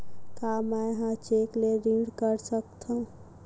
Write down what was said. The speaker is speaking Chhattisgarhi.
का मैं ह चेक ले ऋण कर सकथव?